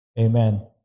Amen